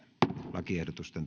lakiehdotuksista